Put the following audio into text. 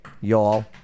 y'all